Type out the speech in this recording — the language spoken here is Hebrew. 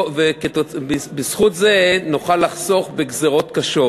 ובזכות זה נוכל לחסוך בגזירות קשות.